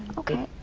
okay.